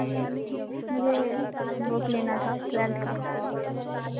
मुझे बुक लेना था टवेल्थ का